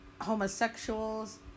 homosexuals